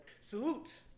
Salute